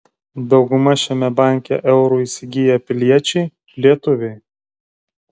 dauguma šiame banke eurų įsigiję piliečiai lietuviai